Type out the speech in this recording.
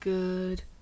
good